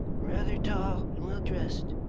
rather tall and well dressed.